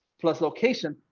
plus location,